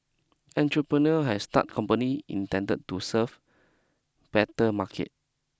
entrepreneur has started company intended to serve better market